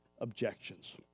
objections